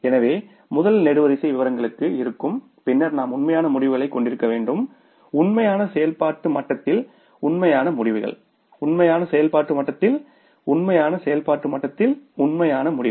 எனவே முதல் நெடுவரிசை விவரங்களுக்கு இருக்கும் பின்னர் நாம் உண்மையான முடிவுகளைக் கொண்டிருக்க வேண்டும் உண்மையான செயல்பாட்டு மட்டத்தில் உண்மையான முடிவுகள் உண்மையான செயல்பாட்டு மட்டத்தில் உண்மையான செயல்பாட்டு மட்டத்தில் உண்மையான முடிவு